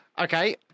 Okay